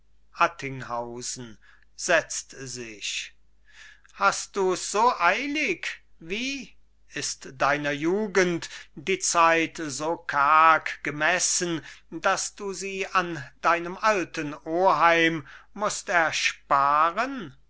setzt sich hast du's so eilig wie ist deiner jugend die zeit so karg gemessen dass du sie an deinem alten oheim musst ersparen